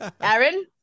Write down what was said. Aaron